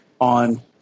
on